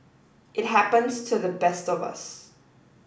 it happens to the best of us